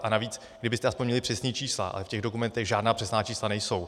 A navíc, kdybyste aspoň měli přesná čísla, ale v těch dokumentech žádná přesná čísla nejsou.